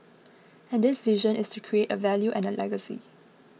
and this vision is to create a value and a legacy